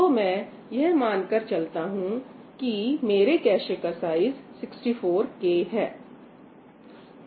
तो मैं यह मान कर चलता हूं कि मेरे कैशे का साइज 64 K है